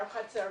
ארוחת צהריים.